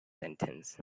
sentence